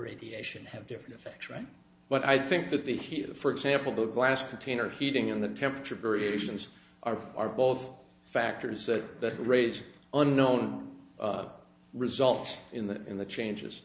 radiation have different effects right but i think that the here for example the glass container heating in the temperature variations are both factors that great unknown results in the in the changes